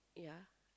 yeah